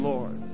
Lord